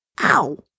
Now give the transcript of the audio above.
Ow